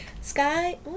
Sky